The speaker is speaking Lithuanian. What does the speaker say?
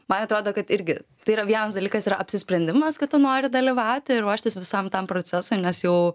man atrodo kad irgi tai yra vienas dalykas yra apsisprendimas kad tu nori dalyvauti ir ruoštis visam tam procesui nes jau